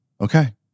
okay